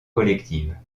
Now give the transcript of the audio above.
collective